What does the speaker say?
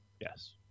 yes